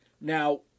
Now